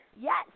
Yes